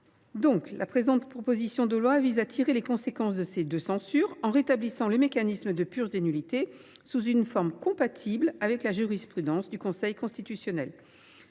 correctionnel. La proposition de loi vise à tirer les conséquences de ces deux censures, en rétablissant le mécanisme de purge des nullités sous une forme compatible avec la jurisprudence du Conseil constitutionnel.